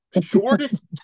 Shortest